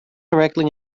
directly